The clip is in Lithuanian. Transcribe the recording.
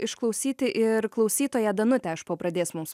išklausyti ir klausytoja danutė iš pabradės mums